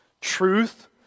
truth